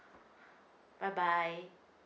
bye bye